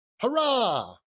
Hurrah